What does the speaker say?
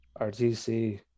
RTC